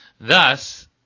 Thus